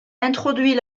introduit